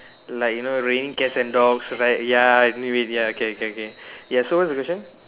like you know raining cats and dogs right ya I knew it ya okay K K ya so what's your question